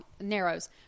narrows